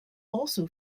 also